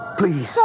please